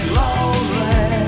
lonely